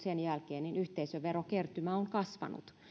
sen jälkeen yhteisöverokertymä on kasvanut